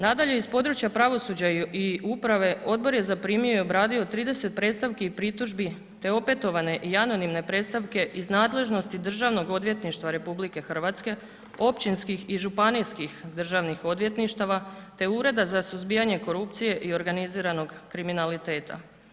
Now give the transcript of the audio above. Nadalje iz područja pravosuđa i uprave odbor je zaprimio i obradio 30 predstavki i pritužbi te opetovane i anonimne predstavke iz nadležnosti Državnog odvjetništva RH, općinskih i županijskih državnih odvjetništava te Ureda za suzbijanje korupcije i organiziranog kriminaliteta.